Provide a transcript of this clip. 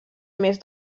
més